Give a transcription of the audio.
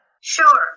Sure